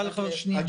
רק לשם ההגינות,